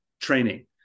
training